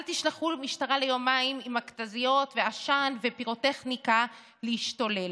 אל תשלחו משטרה ליומיים עם מכת"זיות ועשן ופירוטכניקה להשתולל,